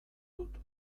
dut